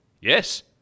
Yes